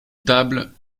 table